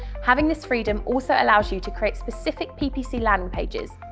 having this freedom also allows you to create specific ppc landing pages,